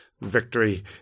victory